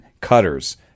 cutters